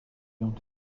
ont